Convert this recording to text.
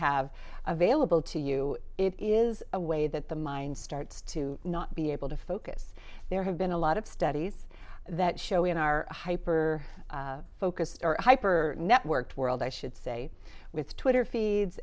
have available to you it is a way that the mind starts to not be able to focus there have been a lot of studies that show in our hyper focused our hyper networked world i should say with twitter feeds